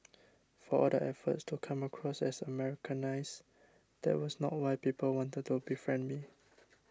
for all the efforts to come across as Americanised that was not why people wanted to befriend me